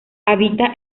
habita